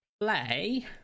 play